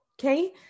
okay